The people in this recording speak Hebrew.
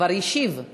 כבר השיב.